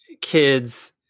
kids